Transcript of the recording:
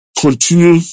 continue